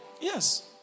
Yes